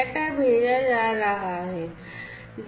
data भेजा जा रहा है